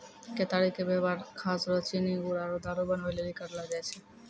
केतारी के वेवहार खास रो चीनी गुड़ आरु दारु बनबै लेली करलो जाय छै